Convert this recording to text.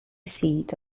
seat